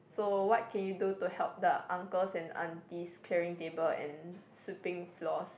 so what can you do to help the uncles and aunties carrying table and sweeping floors